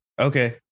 Okay